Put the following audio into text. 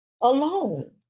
alone